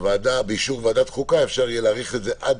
ובאישור ועדת חוקה אפשר יהיה להאריך את זה עד